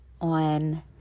on